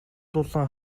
дулаан